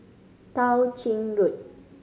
Tao Ching Road